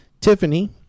tiffany